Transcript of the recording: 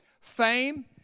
fame